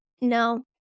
No